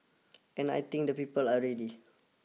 and I think the people are ready